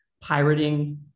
pirating